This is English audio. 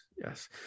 Yes